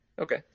Okay